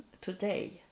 today